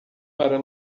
para